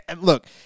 look